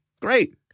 Great